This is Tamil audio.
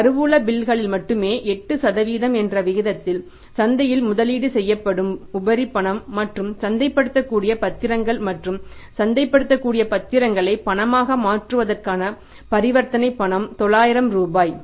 கருவூல பில்களில் மட்டுமே 8 என்ற விகிதத்தில் சந்தையில் முதலீடு செய்யப்படும் உபரி பணம் மற்றும் சந்தைப்படுத்தக்கூடிய பத்திரங்கள் மற்றும் சந்தைப்படுத்தக்கூடிய பத்திரங்களை பணமாக மாற்றுவதற்கான பரிவர்த்தனை பணம் 900 ரூபாய்